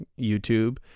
YouTube